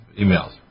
emails